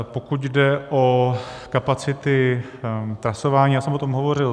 Pokud jde o kapacity trasování, já jsem o tom hovořil.